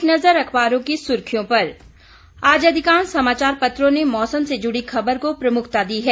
एक नजर अखबारों की सुर्खियों पर आज अधिकांश समाचार पत्रों ने मौसम से जुड़ी खबर को प्रमुखता दी है